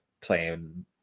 playing